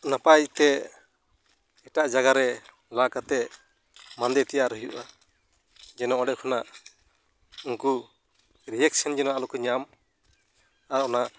ᱱᱟᱯᱟᱭᱛᱮ ᱮᱴᱟᱜ ᱡᱟᱭᱜᱟ ᱨᱮ ᱞᱟ ᱠᱟᱛᱮ ᱢᱟᱫᱮ ᱛᱮᱭᱟᱨ ᱦᱩᱭᱩᱜᱟ ᱡᱮᱱᱚ ᱚᱱᱰᱮ ᱠᱷᱚᱱᱟᱜ ᱩᱱᱠᱩ ᱨᱤᱭᱟᱠᱥᱮᱱ ᱡᱮᱱᱚ ᱟᱞᱚᱠᱚ ᱧᱟᱢ ᱟᱨ ᱚᱱᱟ